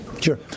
Sure